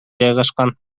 жайгашкан